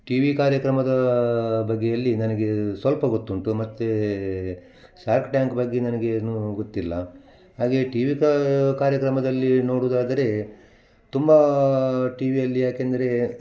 TV ಕಾರ್ಯಕ್ರಮದ ಬಗ್ಗೆಯಲ್ಲಿ ನನಗೆ ಸ್ವಲ್ಪ ಗೊತ್ತುಂಟು ಮತ್ತು ಸಾರ್ಕ್ ಟ್ಯಾಂಕ್ ಬಗ್ಗೆ ನನಗೆ ಏನು ಗೊತ್ತಿಲ್ಲ ಹಾಗೆ ಟೀವಿ ಕಾ ಕಾರ್ಯಕ್ರಮದಲ್ಲಿ ನೋಡುದಾದರೆ ತುಂಬಾ ಟಿವಿಯಲ್ಲಿ ಯಾಕೆಂದರೆ